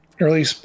Early